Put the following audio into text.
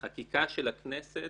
חקיקה של הכנסת,